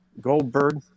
goldberg